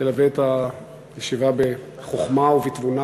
שתלווה את הישיבה בחוכמה ובתבונה,